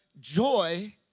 joy